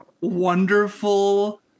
wonderful